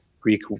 Greek